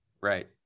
right